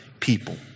People